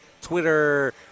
Twitter